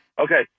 Okay